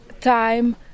time